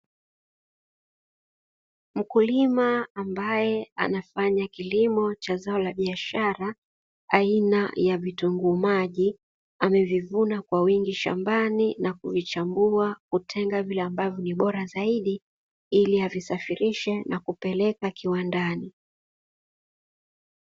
Mkulima ambaye anafanya kilimo cha zao la biashara aina ya vitunguu maji amevivuna Kwa wingi shambani na kuvichimbua, kutenga vile ambavyo ni bora zaidi ili avisafirishe na kupeleka kiwandani.